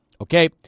okay